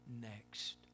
next